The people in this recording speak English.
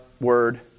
word